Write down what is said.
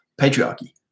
patriarchy